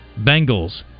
Bengals